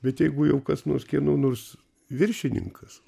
bet jeigu jau kas nors kieno nors viršininkas